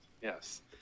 Yes